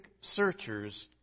searchers